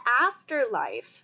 afterlife